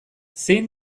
zein